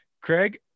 Craig